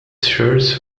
shirts